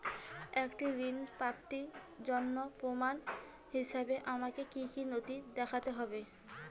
একটি ঋণ প্রাপ্তির জন্য প্রমাণ হিসাবে আমাকে কী কী নথি দেখাতে হবে?